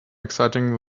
exciting